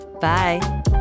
Bye